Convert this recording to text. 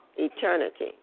Eternity